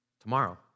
tomorrow